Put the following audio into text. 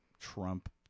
Trump